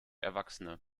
erwachsene